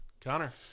Connor